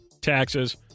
taxes